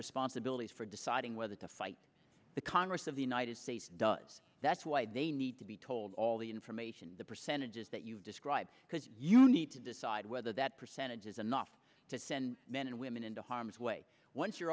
responsibilities for deciding whether to fight the congress of the united states does that's why they need to be told all the information the percentages that you describe because you need to decide whether that percentage is enough to send men and women into harm's way once you're